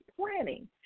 planning